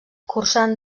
cursant